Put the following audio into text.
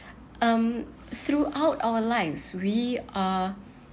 um throughout our lives we are